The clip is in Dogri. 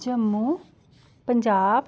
जम्मू पंजाब